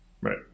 Right